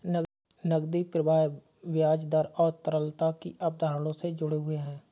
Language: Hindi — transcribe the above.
नकदी प्रवाह ब्याज दर और तरलता की अवधारणाओं से जुड़े हुए हैं